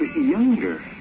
younger